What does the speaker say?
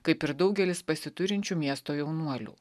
kaip ir daugelis pasiturinčių miesto jaunuolių